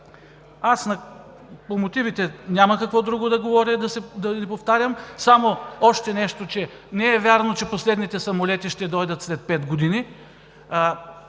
По мотивите няма какво друго да говоря и да повтарям само още нещо: не е вярно, че последните самолети ще дойдат след пет години.